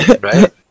Right